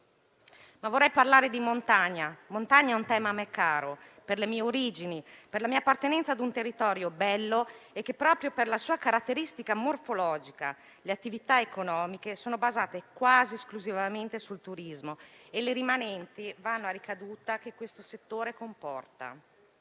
Vorrei parlare di montagna, che è un tema a me caro per le mie origini e per la mia appartenenza a un territorio bello, che, proprio per la sua caratteristica morfologica, vede le attività economiche basarsi quasi esclusivamente sul turismo, mentre le rimanenti godono, a ricaduta, dei benefici che questo settore comporta.